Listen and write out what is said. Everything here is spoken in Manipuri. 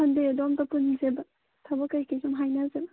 ꯁꯟꯗꯦꯗꯣ ꯑꯃꯨꯛꯇ ꯄꯨꯟꯁꯦꯕ ꯊꯕꯛ ꯀꯔꯤ ꯀꯔꯤ ꯁꯨꯝ ꯍꯥꯏꯅꯁꯦꯕ